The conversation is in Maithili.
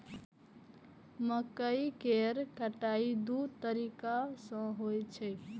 मकइ केर कटाइ दू तरीका सं होइ छै